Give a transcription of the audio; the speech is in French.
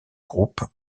groupe